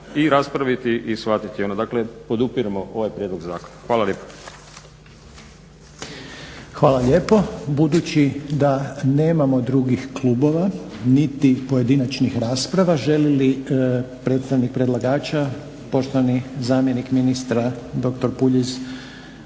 i raspraviti i shvatiti ono. Dakle, podupiremo ovaj prijedlog zakona. Hvala lijepa. **Reiner, Željko (HDZ)** Hvala lijepo. Budući da nemamo drugih klubova niti pojedinačnih rasprava želi li predstavnik predlagača poštovani zamjenik ministra dr. Puljiz